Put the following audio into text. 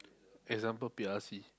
example P_R_C